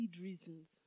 reasons